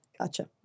Gotcha